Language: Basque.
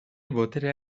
boterea